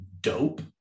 Dope